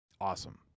Awesome